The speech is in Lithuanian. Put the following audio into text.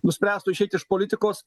nuspręstų išeiti iš politikos